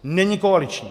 Není koaliční.